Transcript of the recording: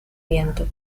viento